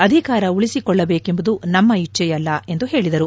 ಅಧಿಕಾರ ಉಳಿಸಿಕೊಳ್ಳಬೇಕೆಂಬುದು ನಮ್ಮ ಇಚ್ಚೆಯಲ್ಲ ಎಂದು ಹೇಳಿದರು